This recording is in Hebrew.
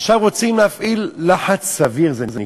עכשיו רוצים להפעיל, לחץ סביר זה נקרא.